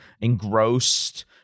engrossed